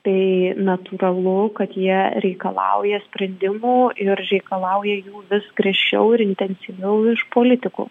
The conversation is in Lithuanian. tai natūralu kad jie reikalauja sprendimų ir reikalauja jų vis griežčiau ir intensyviau iš politikų